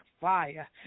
fire